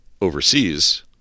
overseas—